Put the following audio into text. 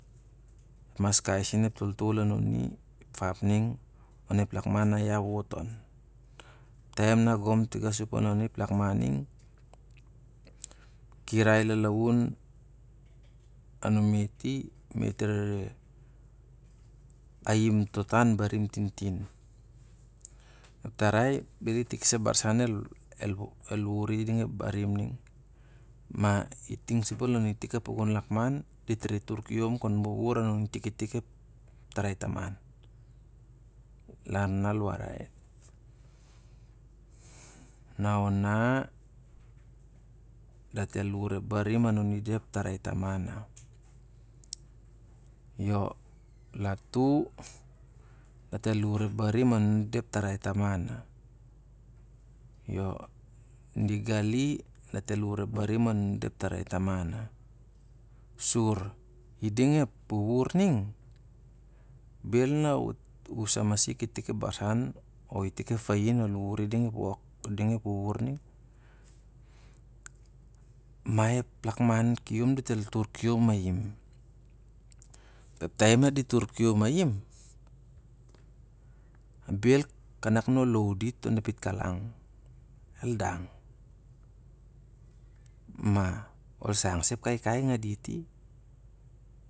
Mas kai sen ep toltol anuni, ap fapning on ep lakman na iace a wot on. Taim na iau a gom tinga sup on i ning ep lakman ning. kirai lalaun anumet i, met rere aim to tan barim tintin. Ep tarai bel i tik sa ep barsan el wur i i ding ep tan barim ning. Tingasup lon ep lakman dit rere tur kiom kon wuwur anan i tik ep tarai taman. Las na al warai na ona dat el wur ep barim anan i da ep tarai taman na. Sur i ding ep wuwur ning, bel na u sa masik o itik ep barsan o ep fain el wuri, ma dat el tarkiom mai- in. Taim nadi ur kiom mai- in bel kanak na ol lou dit on a pitkalang el dang. Ma ol sang sa ep kaikai ngan dit i.